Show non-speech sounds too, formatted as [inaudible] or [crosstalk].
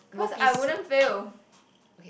cause I wouldn't fail [breath]